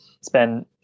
spend